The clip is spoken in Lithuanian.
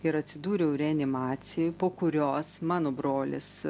ir atsidūriau reanimacijoj po kurios mano brolis